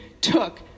took